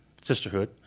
sisterhood